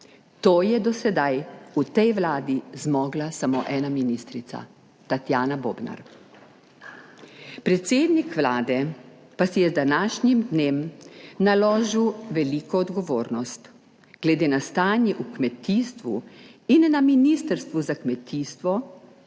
To je do sedaj v tej Vladi zmogla samo ena ministrica, Tatjana Bobnar. Predsednik Vlade pa si je z današnjim dnem naložil veliko odgovornost glede na stanje v kmetijstvu in na Ministrstvu za kmetijstvo,